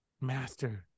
Master